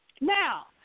Now